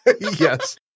Yes